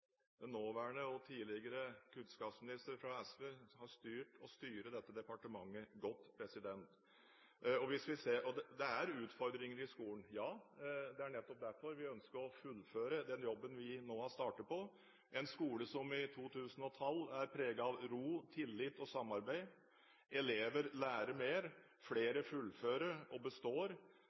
Den nåværende og tidligere kunnskapsminister fra SV har styrt og styrer dette departementet godt. Det er utfordringer i skolen, ja. Det er nettopp derfor vi ønsker å fullføre den jobben vi har startet på, en skole som i 2012 er preget av ro, tillit og samarbeid. Elever lærer mer, flere fullfører og består.